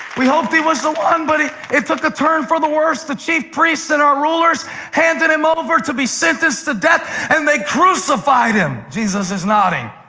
we hoped he was the one, but it it took a turn for the worse. the chief priests and our rulers handed him over to be sentenced to death, and they crucified him, jesus is nodding.